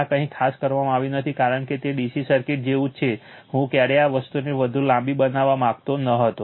આ કંઈ ખાસ કરવામાં આવ્યું નથી કારણ કે તે DC સર્કિટ જેવું જ છે હું ક્યારેય આ વસ્તુઓને વધુ લાંબી બનાવવા માંગતો ન હતો